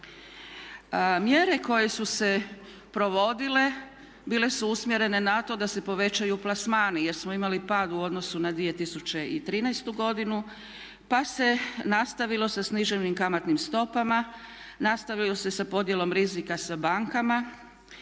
Mjere koje su se provodile bile su usmjerene na to da se povećaju plasmani jer smo imali pad u odnosu na 2013. godinu, pa se nastavilo sa sniženim kamatnim stopama, nastavilo se sa podjelom rizika sa bankama,